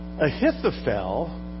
Ahithophel